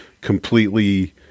completely